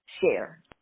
share